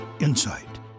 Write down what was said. insight